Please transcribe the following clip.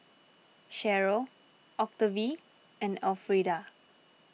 Sharyl Octavie and Alfreda